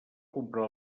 comprar